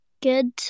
Good